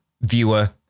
viewer